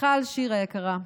מיכל שיר היקרה,